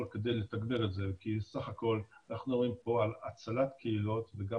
כדי לתגבר את זה כי סך הכול אנחנו רואים פה הצלת קהילות וגם